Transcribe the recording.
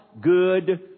good